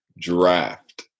draft